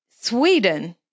Sweden